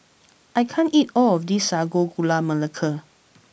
I can't eat all of this Sago Gula Melaka